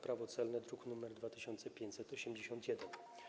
Prawo celne, druk nr 2581.